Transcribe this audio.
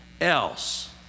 else